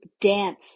dance